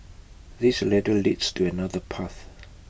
this ladder leads to another path